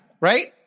right